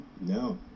no